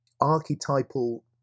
archetypal